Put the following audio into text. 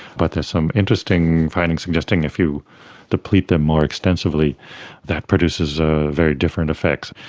but there are some interesting findings suggesting if you deplete them more extensively that produces ah very different effects.